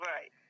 Right